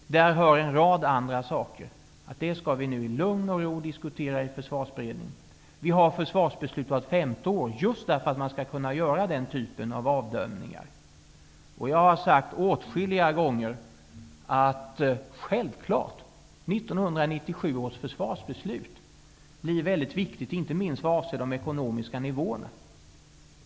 Det gäller också en rad andra saker som vi nu i lugn och ro skall diskutera i Försvarsberedningen. Vi fattar försvarsbeslut vart femte år, just för att man skall kunna göra den typen av bedömningar. Jag har sagt åtskilliga gånger att 1997 års försvarsbeslut självfallet kommer att bli mycket viktigt, inte minst vad avser de ekonomiska ekonomerna.